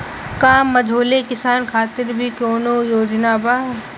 का मझोले किसान खातिर भी कौनो योजना बा?